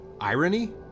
Irony